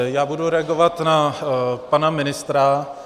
Já budu reagovat na pana ministra.